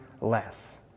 less